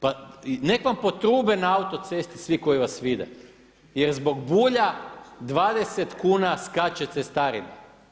Pa nek vam potrube na autocesti svi koji vas vide jer zbog Bulja 20 kuna skače cestarina.